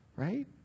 Right